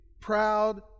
proud